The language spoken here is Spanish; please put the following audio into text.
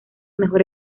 mejor